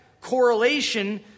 correlation